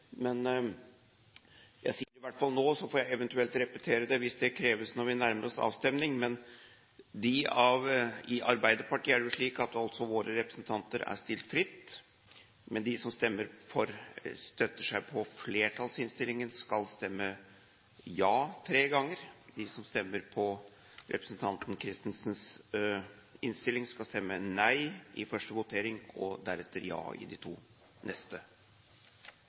Men jeg sier det i hvert fall nå, og så får jeg heller repetere det hvis det kreves når vi nærmer oss avstemning: I Arbeiderpartiet er det slik at våre representanter er stilt fritt. De som stemmer for og støtter seg på flertallsinnstillingen, skal stemme ja tre ganger. De som støtter representanten Jette F. Christensen, skal stemme nei i første votering og deretter ja i de to neste.